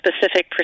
specific